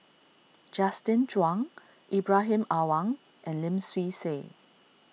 Justin Zhuang Ibrahim Awang and Lim Swee Say